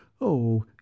Oh